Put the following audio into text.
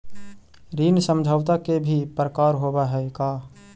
ऋण समझौता के भी प्रकार होवऽ हइ का?